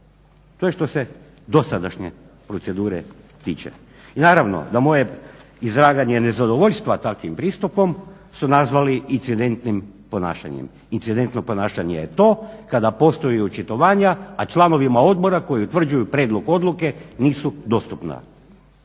To je što se dosadašnje procedure tiče. Naravno na moje izlaganje nezadovoljstva takvim pristupom su nazvali incidentnim ponašanjem. Incidentno ponašanje je to kada postoje očitovanja, a članovima odbora koji utvrđuju prijedlog odluke nisu dostupna.